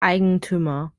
eigentümer